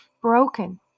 broken